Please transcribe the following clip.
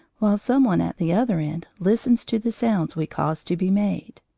while some one at the other end listens to the sounds we cause to be made.